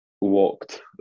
walked